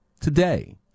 today